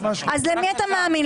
אז למי אתה מאמין,